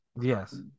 Yes